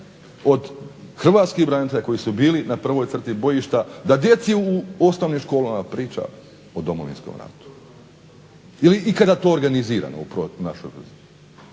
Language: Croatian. od hrvatskih branitelja koji su bili na prvoj crti bojišta da djeci u osnovnoj školi priča o Domovinskom ratu ili je to ikada organizirano u našem obrazovanju?